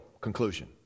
Conclusion